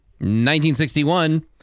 1961